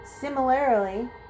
Similarly